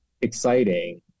exciting